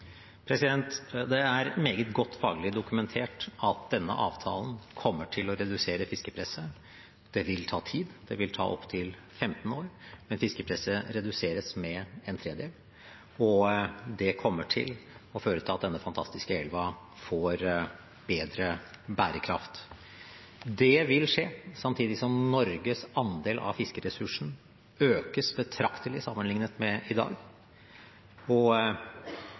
Det er meget godt faglig dokumentert at denne avtalen kommer til å redusere fiskepresset. Det vil ta tid. Det vil ta opptil 15 år, men fiskepresset reduseres med én tredjedel. Det kommer til å føre til at denne fantastiske elva får bedre bærekraft. Det vil skje, samtidig som Norges andel av fiskeressursen økes betraktelig sammenlignet med i dag.